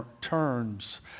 turns